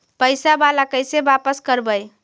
पैसा बाला कैसे बापस करबय?